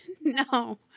No